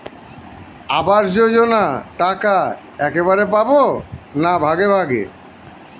আবাস যোজনা টাকা একবারে পাব না ভাগে ভাগে?